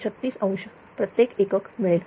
36° प्रत्येक एकक मिळेल